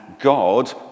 God